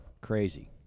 Crazy